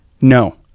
no